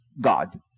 God